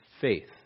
faith